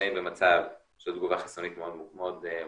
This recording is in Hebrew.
שנמצאים במצב של תגובה חיסונית מאוד מרוגשת,